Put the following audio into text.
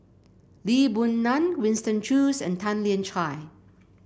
Lee Boon Ngan Winston Choos and Tan Lian Chye